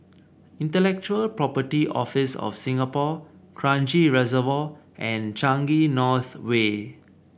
Intellectual Property Office of Singapore Kranji Reservoir and Changi North Way